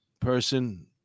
person